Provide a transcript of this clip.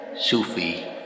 Sufi